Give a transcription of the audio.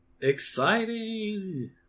Exciting